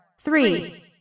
three